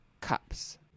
cups